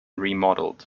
remodeled